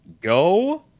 go